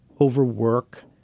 overwork